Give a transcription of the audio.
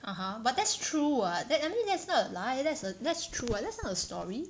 (uh huh) but that's true what that I mean that's not a lie that's a that's true [what] that's not a story